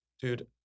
Dude